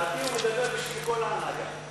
לדעתי הוא מדבר בשביל כל ההנהגה.